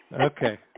Okay